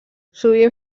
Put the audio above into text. sovint